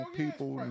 people